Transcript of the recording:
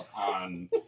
on